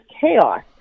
chaos